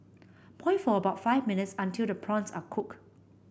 boil for about five minutes until the prawns are cook